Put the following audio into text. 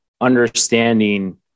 understanding